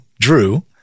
drew